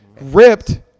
ripped